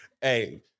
Hey